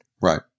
Right